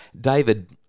David